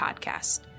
podcast